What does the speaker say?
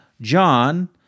John